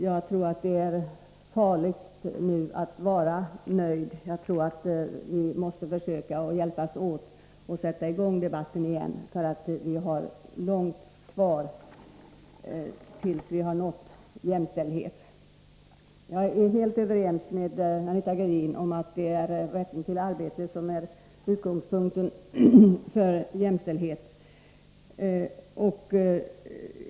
Jag tror att det är farligt att nu vara nöjd. Vi måste försöka hjälpas åt att sätta i gång debatten igen. Vi har långt kvar tills vi har nått jämställdhet. Jag är helt överens med Anita Gradin om att det är rätten till arbete som är utgångspunkten för jämställdhet.